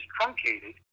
truncated